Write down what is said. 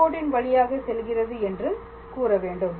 தொடுகோட்டின் வழியாக செல்கிறது என்று கூற வேண்டும்